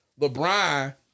LeBron